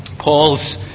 Paul's